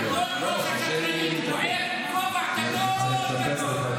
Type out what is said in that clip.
טרור, יש לה זכות תגובה.